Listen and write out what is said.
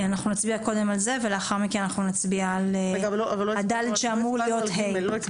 אנחנו נצביע קודם על זה ולאחר מכן אנחנו נצביע על (ד) שאמור להיות (ה).